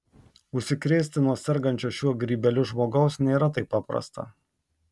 užsikrėsti nuo sergančio šiuo grybeliu žmogaus nėra taip paprasta